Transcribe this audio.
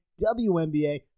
WNBA